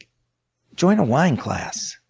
join a wine class.